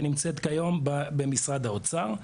שנמצאת היום במשרד האוצר.